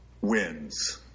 wins